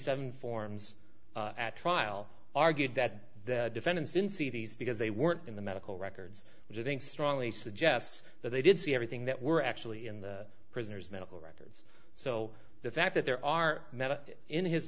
seven forms at trial argued that the defendants in see these because they weren't in the medical records which i think strongly suggests that they did see everything that were actually in the prisoner's medical records so the fact that there are